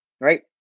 Right